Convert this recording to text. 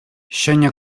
ҫӗнӗ